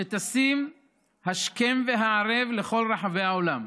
שטסים השכם והערב לכל רחבי העולם,